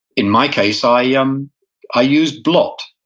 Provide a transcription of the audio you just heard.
in my case, i yeah um i used blot,